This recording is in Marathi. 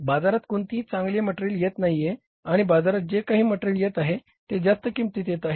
बाजारात कोणतेही चांगले मटेरियल येत नाहीआणि बाजारात जे काही मटेरियल येत आहे ते जास्त किमतीत येत आहे